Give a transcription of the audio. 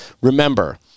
remember